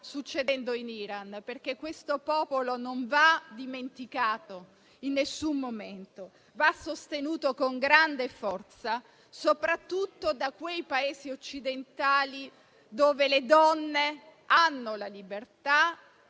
succedendo in Iran, perché quel popolo non va dimenticato in nessun momento; va sostenuto con grande forza, soprattutto dai Paesi occidentali dove noi donne abbiamo la libertà